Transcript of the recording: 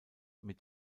mit